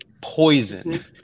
poison